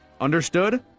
Understood